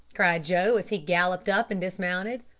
cried joe, as he galloped up and dismounted.